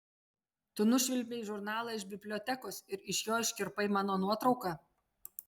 tu nušvilpei žurnalą iš bibliotekos ir iš jo iškirpai mano nuotrauką